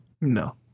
no